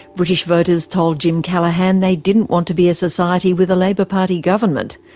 british voters told jim callaghan they didn't want to be a society with a labour party government.